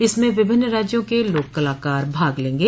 इसमें विभिन्न राज्यों के लोक कलाकार भाग लेंगे